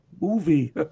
movie